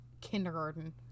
kindergarten